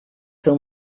film